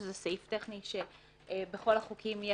שזה סעיף טכני שבכל חוק יש